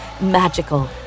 magical